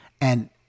and-